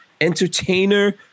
entertainer